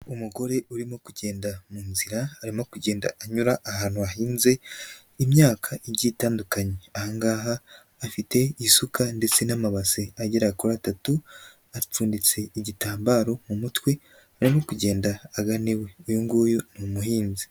Umugore urimo kugenda mu nzi arimo kugenda anyura ahantu hahinze imyaka igiye itandukanye, ahangaha afite isuka ndetse n'amabasi agera kuri atatu, acunditse igitambaro mu mutwe, arimo kugenda agana iwe, iyu nguyu ni umuhinzi.